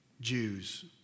Jews